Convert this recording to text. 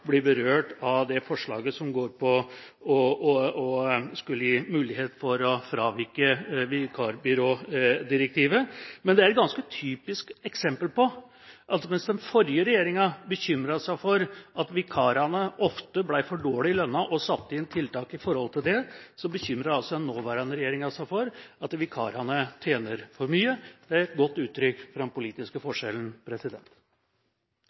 fravike vikarbyrådirektivet. Men det er et ganske typisk eksempel på at mens den forrige regjeringa bekymret seg for at vikarene ofte ble for dårlig lønnet, og satte inn tiltak mot det, bekymrer den nåværende regjeringa seg for at vikarene tjener for mye. Det er et godt uttrykk for den politiske